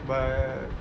but